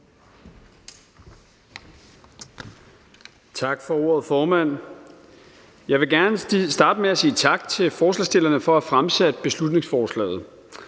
Tak for ordet, formand. Jeg vil gerne starte med at sige tak til forslagsstillerne for at fremsætte beslutningsforslaget.